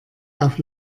auf